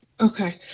Okay